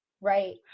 Right